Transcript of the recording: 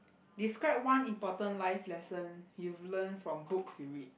describe one important life lesson you've learn from books you read